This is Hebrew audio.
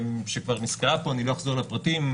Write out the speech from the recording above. שכבר נסקרה פה, אני לא אחזור על הפרטים.